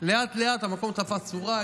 לאט-לאט המקום תפס צורה.